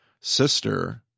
sister –